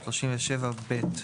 37(ב).